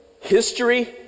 history